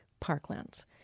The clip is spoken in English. parklands